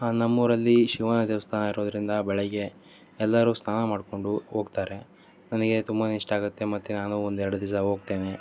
ನಮ್ಮೂರಲ್ಲಿ ಶಿವನ ದೇವಸ್ಥಾನ ಇರುವುದರಿಂದ ಬೆಳಿಗ್ಗೆ ಎಲ್ಲರು ಸ್ನಾನ ಮಾಡಿಕೊಂಡು ಹೋಗ್ತರೆ ನನಗೆ ತುಂಬ ಇಷ್ಟ ಆಗುತ್ತೆ ಮತ್ತೆ ನಾನು ಒಂದು ಎರಡು ದಿವಸ ಹೋಗ್ತೇನೆ